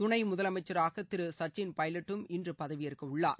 துணை முதலமைச்சராக திரு சச்சின் பைலட்டும் பதவியேற்கவுள்ளார்